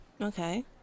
Okay